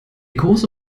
große